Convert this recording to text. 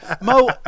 Mo